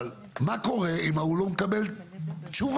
אבל מה קורה אם ההוא לא מקבל תשובה?